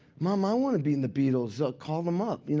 mom, i want to be in the beatles, call them up. you know